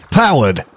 powered